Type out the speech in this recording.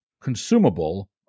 consumable